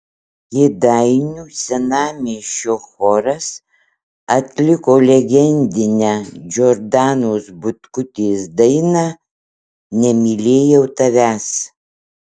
kėdainių senamiesčio choras atliko legendinę džordanos butkutės dainą nemylėjau tavęs